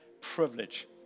privilege